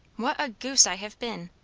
what a goose i have been!